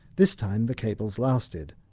this time the cables lasted.